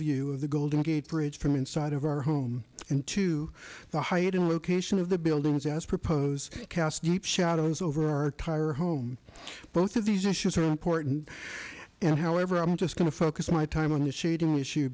view of the golden gate bridge from inside of our home into the hyatt and location of the buildings as proposed cast deep shadows over our tire home both of these issues are important and however i'm just going to focus my time on the shade an is